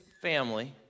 family